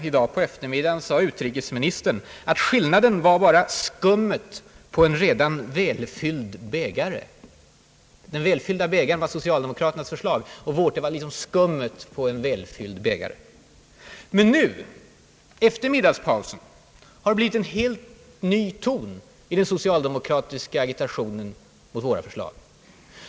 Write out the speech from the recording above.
I dag sade utrikesministern att skillnaden var bara »skummet på en redan välfylld bägare». »Den välfyllda bägaren» var alltså socialdemokraternas förslag, och vårt var »skummet» på den här bägaren. Men nu, efter middagspausen, har det blivit en helt ny ton i den socialdemokratiska agitationen mot våra förslag.